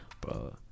bro